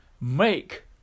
make